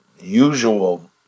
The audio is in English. usual